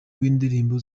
w’indirimbo